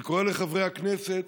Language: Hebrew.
אני קורא לחברי הכנסת